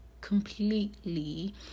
completely